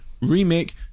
remake